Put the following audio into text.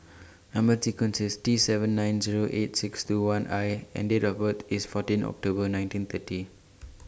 Number sequence IS T seven nine Zero eight six two one I and Date of birth IS fourteen October nineteen thirty